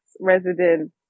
Resident